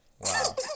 Wow